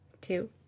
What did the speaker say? two